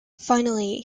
finally